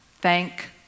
Thank